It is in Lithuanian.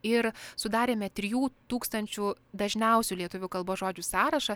ir sudarėme trijų tūkstančių dažniausių lietuvių kalbos žodžių sąrašą